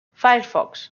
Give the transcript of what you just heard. firefox